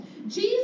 Jesus